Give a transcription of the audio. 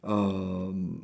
um